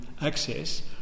access